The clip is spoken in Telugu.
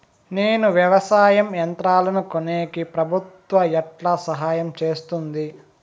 నేను వ్యవసాయం యంత్రాలను కొనేకి ప్రభుత్వ ఎట్లా సహాయం చేస్తుంది?